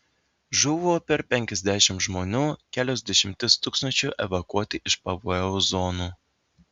žuvo per penkiasdešimt žmonių kelios dešimtys tūkstančių evakuoti iš pavojaus zonų